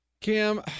Cam